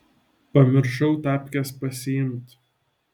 pamiršau tapkes pasiimt